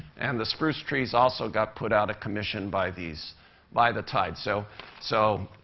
and the spruce trees also got put out of commission by these by the tide. so so